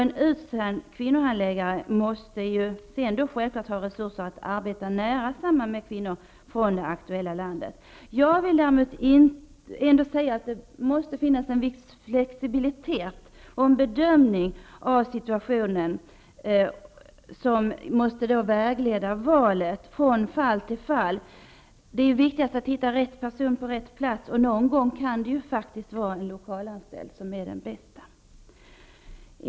En utsänd kvinnohandläggare måste självfallet ha resurser att arbeta nära samman med kvinnor från det aktuella landet. Jag vill ändå säga att det måste finnas en viss flexibilitet, och det måste göras en bedömning av situationen som från fall till fall vägleder valet av personal. Det viktigaste är ju att hitta rätt person till rätt plats, och någon gång kan det faktiskt vara en lokalanställd som är den bästa.